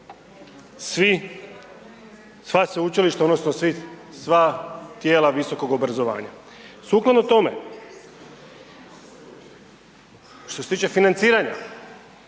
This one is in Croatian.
sva sveučilišta odnosno sva tijela visokog obrazovanja. Sukladno tome, što se tiče financiranja,